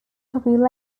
populated